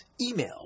Email